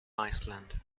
iceland